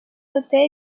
hôtels